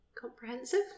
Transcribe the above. Comprehensive